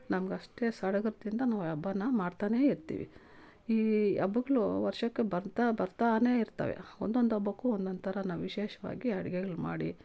ನಮ್ಗೆ ಅಷ್ಟೇ ಸಡಗರದಿಂದ ನಾವು ಹಬ್ಬನ ಮಾಡ್ತಾನೆ ಇರ್ತೀವಿ ಈ ಹಬ್ಬಗ್ಳು ವರ್ಷಕ್ಕೆ ಬರ್ತಾ ಬರ್ತಾನೆ ಇರ್ತವೆ ಒಂದೊಂದು ಹಬ್ಬಕ್ಕೂ ಒಂದೊಂದು ಥರ ನಾವು ವಿಶೇಷವಾಗಿ ಅಡಿಗೆಗಳ್ ಮಾಡಿ